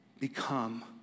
become